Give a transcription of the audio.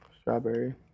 Strawberry